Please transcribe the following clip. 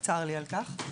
צר לי על כך.